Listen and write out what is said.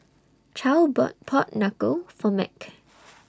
Charle bought Pork Knuckle For Mack